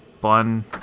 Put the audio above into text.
bun